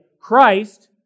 Christ